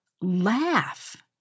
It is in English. laugh